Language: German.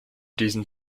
diesen